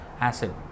acid